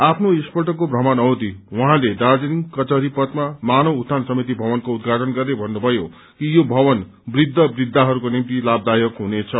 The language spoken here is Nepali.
आफ्नो यसपल्टको भ्रमण अवधि उहाँले दार्जीलिङ कचहरी पथमा मानव उत्थान समिति भवनको उद्धाटन गर्दै भन्नुथयो कि यो भवन वृद्ध वृद्धाहरूको निम्ति लाभदायक हुनेछ